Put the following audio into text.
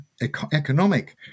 economic